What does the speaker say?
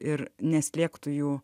ir neslėgtų jų